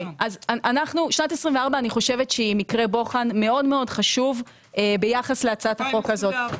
שנת 2024 היא מקרה בוחן מאוד מאוד חשוב ביחס להצעת החוק הזאת.